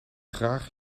graag